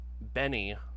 Benny